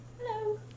hello